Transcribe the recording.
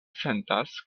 sentas